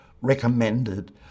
recommended